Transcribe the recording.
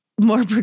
more